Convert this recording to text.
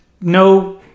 no